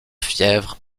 fièvre